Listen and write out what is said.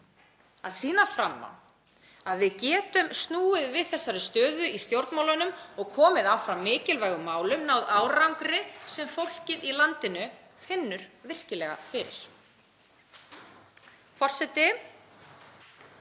að sýna fram á að við getum snúið við þessari stöðu í stjórnmálunum og komið áfram mikilvægum málum, náð árangri sem fólkið í landinu finnur virkilega fyrir.